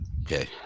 Okay